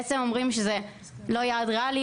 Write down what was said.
בעצם אומרים שזה לא יעד ריאלי,